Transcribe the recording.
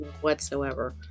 whatsoever